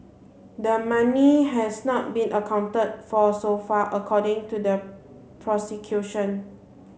the money has not been accounted for so far according to the prosecution